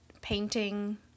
painting